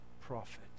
prophet